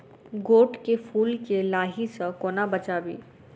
गोट केँ फुल केँ लाही सऽ कोना बचाबी?